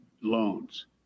loans